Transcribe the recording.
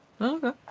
Okay